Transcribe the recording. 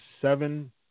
seven